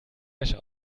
wäsche